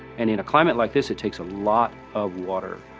and in a climate like this, it takes a lot of water,